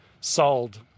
sold